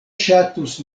ŝatus